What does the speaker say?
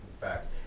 Facts